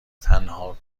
تنها